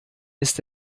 ist